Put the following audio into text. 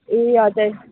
ए हजुर